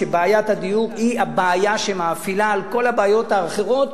שבעיית הדיור היא הבעיה שמאפילה על כל הבעיות האחרות,